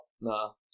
No